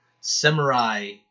samurai